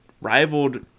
Rivaled